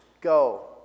go